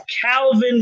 Calvin